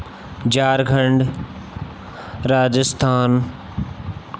Jharkhand Rajasthan